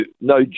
no